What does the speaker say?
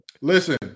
Listen